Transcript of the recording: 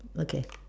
okay